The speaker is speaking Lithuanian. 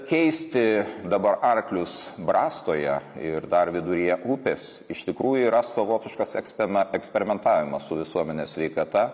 keisti dabar arklius brastoje ir dar viduryje upės iš tikrųjų yra savotiškas eksperimentavimas su visuomenės sveikata